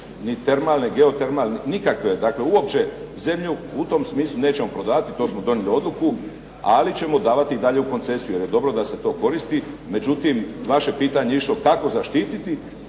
ni termalne, geotermalne, nikakve, dakle uopće zemlju u tom smislu nećemo prodavati. To smo donijeli odluku, ali ćemo davati i dalje u koncesiju jer je dobro da se to koristi. Međutim, vaše pitanje je išlo kako zaštititi